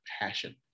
passion